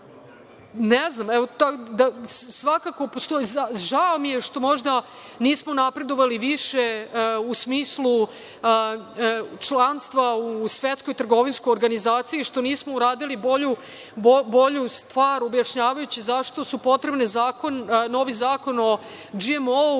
da se urade. Žao mi je što možda nismo napredovali više u smislu članstva u Svetskoj trgovinskoj organizaciji, što nismo uradili bolju stvar objašnjavajući zašto je potreban novi zakon o GMO,